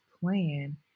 plan